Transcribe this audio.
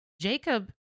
Jacob